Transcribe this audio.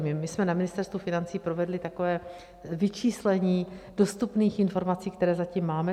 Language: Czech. My jsme na Ministerstvu financí provedli takové vyčíslení dostupných informací, které zatím máme.